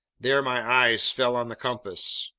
there my eyes fell on the compass.